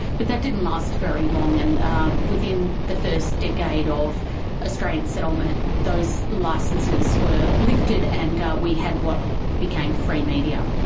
but that didn't last very long, and um within the first decade of australian settlement those licences were lifted and we had what became free media.